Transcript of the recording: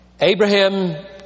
Abraham